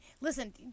listen